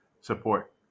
support